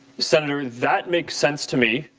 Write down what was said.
senator, that makes sense to me.